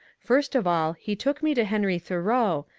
first of all he took me to henry thoreau,